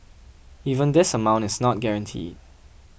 even this amount is not guaranteed